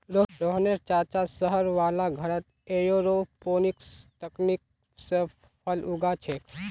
रोहनेर चाचा शहर वाला घरत एयरोपोनिक्स तकनीक स फल उगा छेक